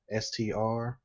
STR